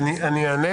אני אענה